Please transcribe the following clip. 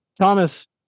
Thomas